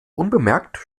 unbemerkt